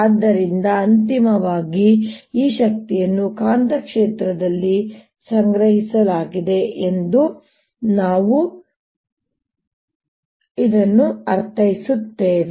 ಆದ್ದರಿಂದ ಅಂತಿಮವಾಗಿ ಈ ಶಕ್ತಿಯನ್ನು ಕಾಂತಕ್ಷೇತ್ರದಲ್ಲಿ ಸಂಗ್ರಹಿಸಲಾಗಿದೆ ಎಂದು ನಾವು ಇದನ್ನು ಅರ್ಥೈಸುತ್ತೇವೆ